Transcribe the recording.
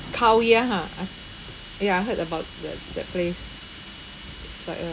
khao yai ha ah ya I heard about that that place it's like a